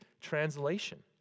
translation